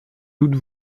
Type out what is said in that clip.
doute